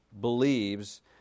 believes